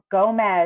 Gomez